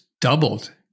doubled